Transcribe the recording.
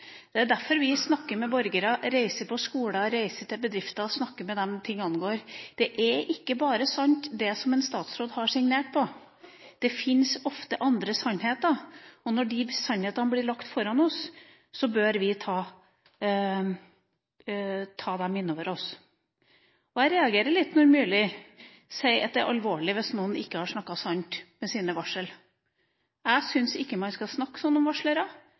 Det er derfor vi snakker med borgere, reiser til skoler, reiser til bedrifter – snakker med dem som sakene angår. Det er ikke bare sant det en statsråd har signert på. Det fins ofte andre sannheter, og når de sannhetene blir lagt foran oss, bør vi ta dem inn over oss. Jeg reagerer litt når Myrli sier at det er alvorlig hvis noen ikke har snakket sant i sine varsel. Jeg syns ikke man skal snakke sånn om varslere.